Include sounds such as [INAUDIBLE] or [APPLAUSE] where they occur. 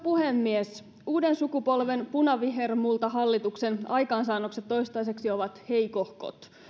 [UNINTELLIGIBLE] puhemies uuden sukupolven punavihermultahallituksen aikaansaannokset toistaiseksi ovat heikohkot